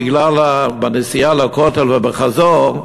בנסיעה לכותל ובחזור,